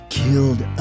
killed